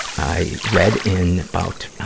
i read in about, i